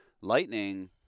Lightning